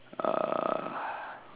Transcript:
uh